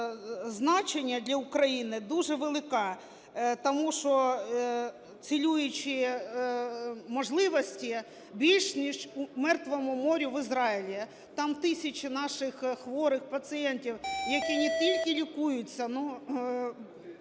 значення для України дуже велике, тому що цілющі можливості більші, ніж у Мертвому морі в Ізраїлі, там тисячі наших хворих пацієнтів, які не тільки лікуються, но